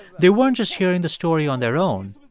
they weren't just hearing the story on their own.